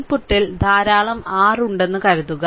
ഇൻപുട്ടിന് ധാരാളം r ഉണ്ടെന്ന് കരുതുക